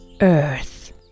Earth